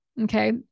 Okay